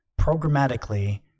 programmatically